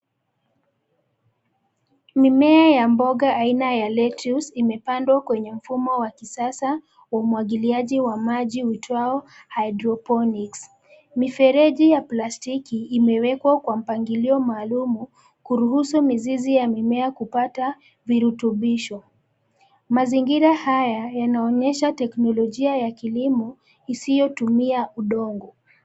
Mimea ya mboga aina ya lettuce imepandwa kwenye mfumo wa kisasa, wa umwagiliaji wa maji uitwao, hydroponics , mifereji ya plastiki imewekwa kwa mpangilio maalumu, kuruhusu mizizi ya mimea kupata, virutubisho, mazingira haya yanaonyesha teknolojia ya kilimo, isiyotumia udongo.